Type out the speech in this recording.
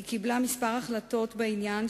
היא קיבלה כמה החלטות בעניין,